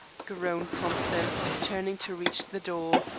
groaned thompson, turning to reach the door.